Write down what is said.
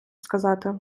сказати